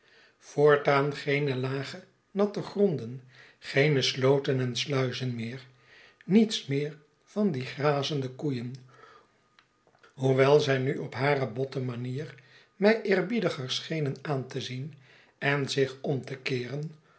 voortaan geene lage natte gronden geene slooten en sluizen meer niets meer van die grazende koeien hoewel zij nu op hare botte manier mij eerbiediger schenen aan te zien en zich om te keeren